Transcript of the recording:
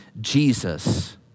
Jesus